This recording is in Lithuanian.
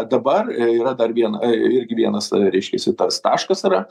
dabar yra dar viena irgi vienas reiškiasi tas taškas yra